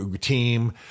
team